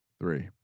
three.